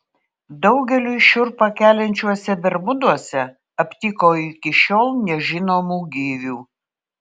daugeliui šiurpą keliančiuose bermuduose aptiko iki šiol nežinomų gyvių